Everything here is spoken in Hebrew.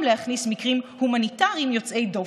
להכניס מקרים הומניטריים יוצאי דופן.